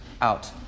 out